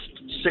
six